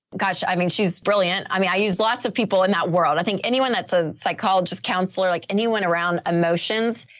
gotcha. i mean, she's brilliant. i mean, i use lots of people in that world. i think anyone that's a psychologist, counselor, like anyone around emotions.